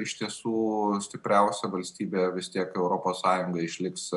iš tiesų stipriausia valstybė vis tiek europos sąjungoj išliks